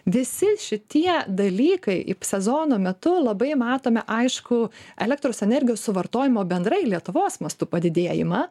visi šitie dalykai sezono metu labai matome aišku elektros energijos suvartojimo bendrai lietuvos mastu padidėjimą